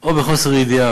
או בחוסר ידיעה,